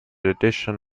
edition